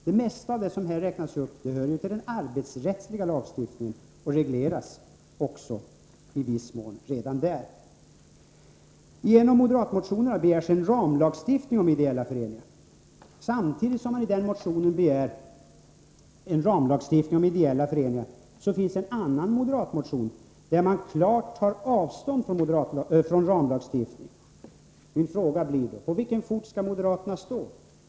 Det mesta av det som här räknas upp hör till den arbetsrättsliga lagstiftningen och regleras också i viss mån redan där. I moderatmotionerna begärs en ramlagstiftning om ideella föreningar. Samtidigt som man i en motion begär en ramlagsstiftning om ideella föreningar finns det en annan moderatmotion där man klart tar avstånd från ramlagstiftning. Jag frågar då: På vilken fot skall moderaterna stå?